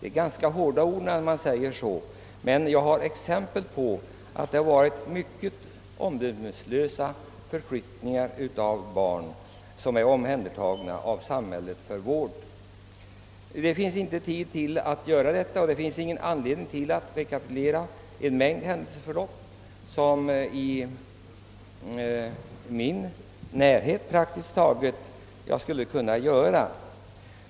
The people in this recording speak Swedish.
Det är ganska hårda ord när man säger så, men jag har belägg för att det förekommit mycket omdömeslösa förflyttningar av barn som är omhändertagna av samhället för vård. Det ges nu inte tid att ange dessa exempel, och inte heller föreligger anledning att här rekapitulera de många händelser som inträffat i bl.a. närhet av min bygd.